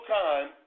time